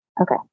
Okay